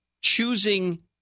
choosing